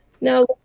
Now